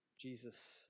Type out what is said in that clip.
Jesus